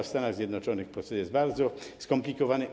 W Stanach Zjednoczonych proces jest bardzo skomplikowany.